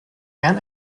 gern